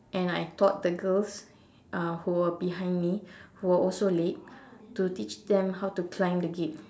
and I taught the girls uh who were behind me who were also late to teach them how to climb the gate